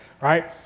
right